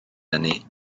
eni